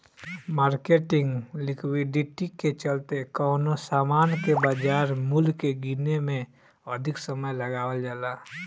marketing liquidity के चलते कवनो सामान के बाजार मूल्य के गीने में अधिक समय लगावल जाला